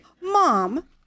Mom